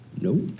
Nope